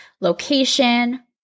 location